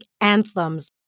anthems